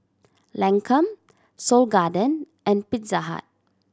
Lancome Seoul Garden and Pizza Hut